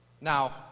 Now